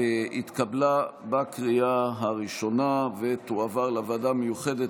התקבלה בקריאה הראשונה ותועבר לוועדה המיוחדת